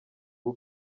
rwo